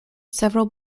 several